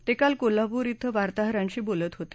ते काल कोल्हापूर इथं वार्ताहरांशी बोलत होते